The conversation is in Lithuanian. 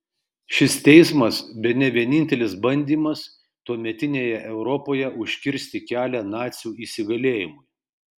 šis teismas bene vienintelis bandymas tuometinėje europoje užkirsti kelią nacių įsigalėjimui